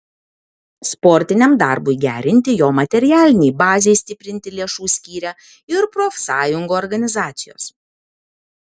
sportiniam darbui gerinti jo materialinei bazei stiprinti lėšų skyrė ir profsąjungų organizacijos